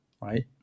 right